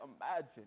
Imagine